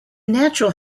natural